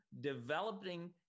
developing